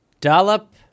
dollop